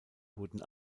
wurden